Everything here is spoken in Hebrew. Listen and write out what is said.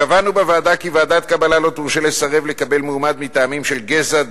קבענו בוועדה כי ועדת קבלה לא תורשה לסרב לקבל מועמד מטעמים של גזע,